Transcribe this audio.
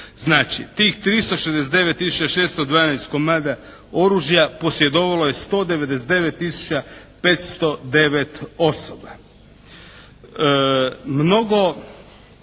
Znači, tih 369612 komada oružja posjedovalo je 199509 osoba.